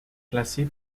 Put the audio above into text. placés